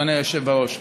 אדוני היושב-ראש.